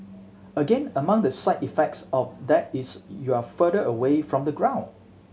again among the side effects of that is you're further away from the ground